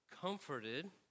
comforted